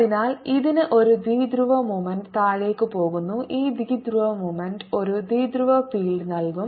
അതിനാൽ ഇതിന് ഒരു ദ്വിധ്രുവ മോമെന്റ്റ് താഴേക്ക് പോകുന്നു ഈ ദ്വിധ്രുവ മോമെന്റ്റ് ഒരു ദ്വിധ്രുവ ഫീൽഡ് നൽകും